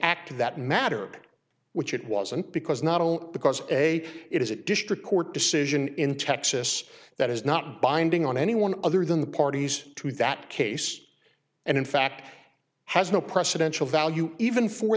act that matter which it wasn't because not only because a it is a district court decision in texas that is not binding on anyone other than the parties to that case and in fact has no precedential value even for